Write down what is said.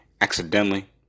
accidentally